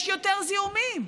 יש יותר זיהומים.